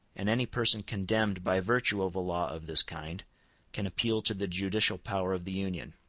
and any person condemned by virtue of a law of this kind can appeal to the judicial power of the union.